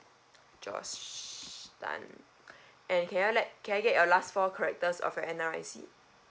josh tan and can I like can I get your last four characters of your N_R_I_C